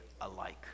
alike